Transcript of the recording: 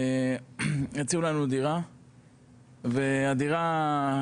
הציעו לנו דירה והדירה,